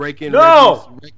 No